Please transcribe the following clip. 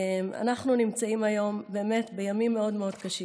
אנחנו נמצאים היום באמת בימים מאוד מאוד קשים.